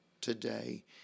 today